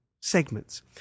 segments